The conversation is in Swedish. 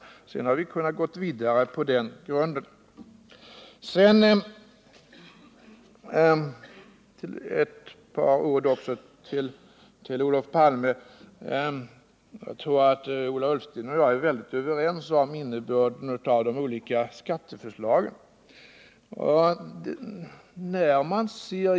Och sedan hade vi kunnat gå vidare på den grunden. Så ett par ord också till Olof Palme. Jag tror att Ola Ullsten och jag är överens om innebörden av de olika skatteförslagen.